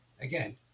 again